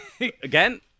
Again